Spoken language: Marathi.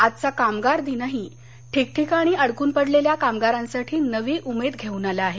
आजचा कामगारदिनही ठिकठिकाणी अडकून पडलेल्या कामगारांसाठी नवी उमेद घेऊन आला आहे